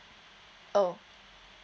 oh